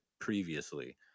previously